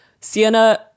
Sienna